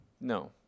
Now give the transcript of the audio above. No